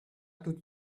tout